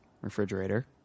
refrigerator